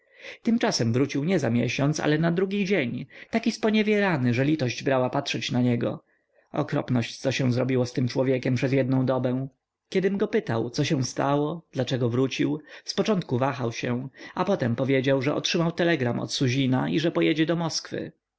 tymczasem wrócił nie za miesiąc ale na drugi dzień taki sponiewierany że litość brała patrzeć na niego okropność co się zrobiło z tym człowiekiem przez jednę dobę kiedym go pytał co się stało dlaczego wrócił zpoczątku wahał się a potem powiedział że otrzymał telegram od suzina i że pojedzie do moskwy